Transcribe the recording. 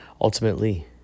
Ultimately